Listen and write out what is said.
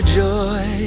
joy